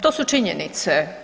To su činjenice.